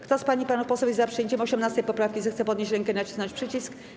Kto z pań i panów posłów jest za przyjęciem 18. poprawki, zechce podnieść rękę i nacisnąć przycisk.